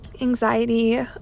anxiety